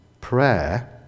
prayer